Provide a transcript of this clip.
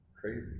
Crazy